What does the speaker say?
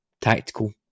tactical